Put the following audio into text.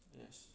yes